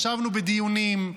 ישבנו בדיונים,